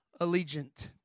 allegiant